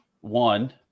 one